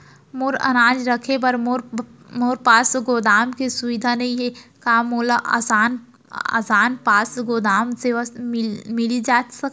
मोर अनाज रखे बर मोर पास गोदाम के सुविधा नई हे का मोला आसान पास गोदाम सेवा मिलिस सकथे?